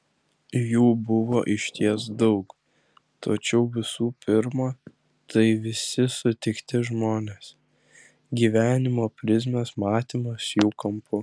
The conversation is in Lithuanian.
jų buvo išties daug tačiau visų pirma tai visi sutikti žmonės gyvenimo prizmės matymas jų kampu